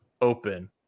open